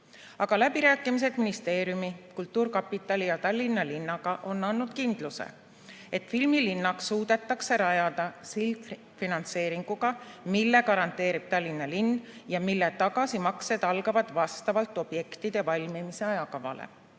Aga läbirääkimised ministeeriumi, kultuurkapitali ja Tallinna linnaga on andnud kindluse, et filmilinnak suudetakse rajada sildfinantseeringuga, mille garanteerib Tallinna linn ja mille tagasimaksed algavad vastavalt objektide valmimise ajakavale.